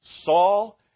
Saul